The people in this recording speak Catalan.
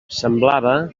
semblava